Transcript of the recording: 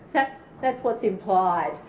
that's that's what's implied.